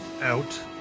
out